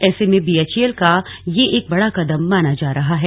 ऐसे में बीएचईएल का यह एक बड़ा कदम माना जा रहा है